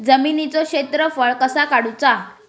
जमिनीचो क्षेत्रफळ कसा काढुचा?